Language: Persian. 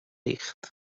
ریخت